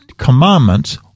commandments